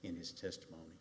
in his testimony